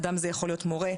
אדם זה יכול להיות מורה,